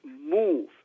move